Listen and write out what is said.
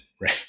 right